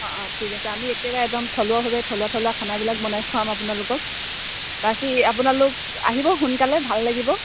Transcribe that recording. অঁ অঁ ঠিক আছে আমি একেবাৰে একদম থলুৱাভাৱে থলুৱা থলুৱা খানাবিলাক বনাই খোৱাম আপোনালোকক বাকী আপোনালোক আহিব সোনকালে ভাল লাগিব